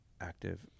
active